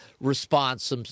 response